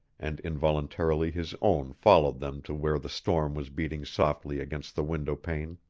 and involuntarily his own followed them to where the storm was beating softly against the window-pane.